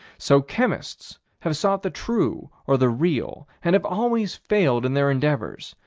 so chemists have sought the true, or the real, and have always failed in their endeavors,